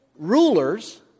rulers